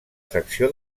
secció